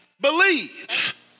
believe